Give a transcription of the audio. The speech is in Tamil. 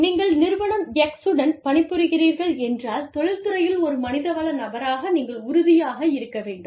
நீங்கள் நிறுவனம் X உடன் பணிபுரிகிறீர்கள் என்றால் தொழில்துறையில் ஒரு மனிதவள நபராக நீங்கள் உறுதியாக இருக்க வேண்டும்